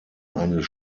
eines